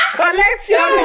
collection